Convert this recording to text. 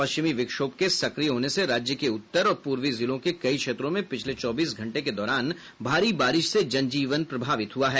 पश्चिमी विक्षोभ के सक्रिय होने से राज्य के उत्तर और पूर्वी जिलों के कई क्षेत्रों में पिछले चौबीस घंटे के दौरान भारी बारिश से जनजीवन प्रभावित हुआ है